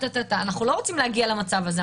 אנחנו לא רוצים להגיע למצב הזה.